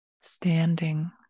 standing